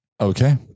Okay